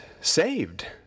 saved